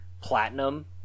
Platinum